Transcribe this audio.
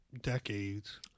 decades